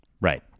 Right